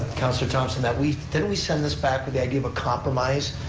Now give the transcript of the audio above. councilor thomson, that we, didn't we send this back with the idea of a compromise?